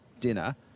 dinner